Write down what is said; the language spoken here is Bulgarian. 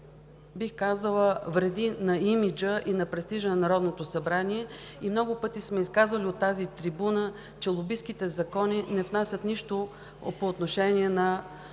бих казала, вреди на имиджа и на престижа на Народното събрание. Много пъти сме казвали от тази трибуна, че лобистките закони не внасят нищо по отношение на